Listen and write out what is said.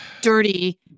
dirty